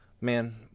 man